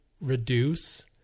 reduce